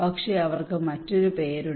പക്ഷേ അവർക്ക് മറ്റൊരു പേരുണ്ട്